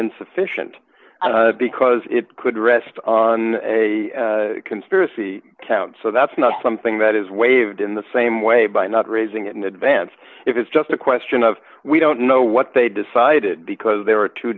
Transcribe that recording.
insufficient because it could rest on a conspiracy count so that's not something that is waived in the same way by not raising it in advance if it's just a question of we don't know what they decided because there were two